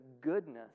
goodness